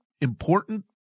important